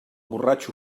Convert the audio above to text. borratxo